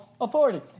authority